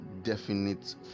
definite